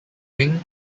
wing